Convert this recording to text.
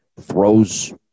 throws